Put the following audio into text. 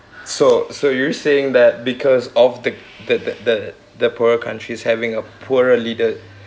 so so you're saying that because of the the the the the poorer countries having a poorer leader